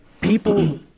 people